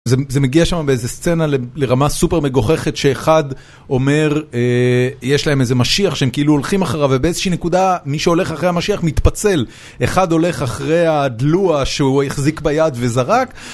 זה מגיע שם באיזה סצנה לרמה סופר מגוחכת שאחד אומר, יש להם איזה משיח שהם כאילו הולכים אחריו ובאיזושהי נקודה מי שהולך אחרי המשיח מתפצל, אחד הולך אחרי הדלוע שהוא החזיק ביד וזרק